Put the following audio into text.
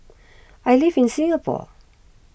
I live in Singapore